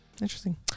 Interesting